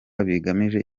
bigamije